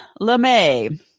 LeMay